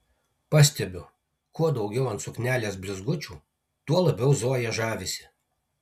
pastebiu kuo daugiau ant suknelės blizgučių tuo labiau zoja žavisi